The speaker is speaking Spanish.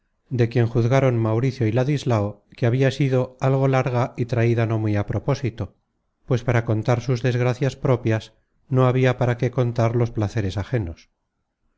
de quien juzgaron mauricio y ladislao que habia sido algo larga y traida no muy á propósito pues para contar sus desgracias propias no habia para qué contar los placeres ajenos